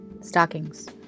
Stockings